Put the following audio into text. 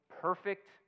perfect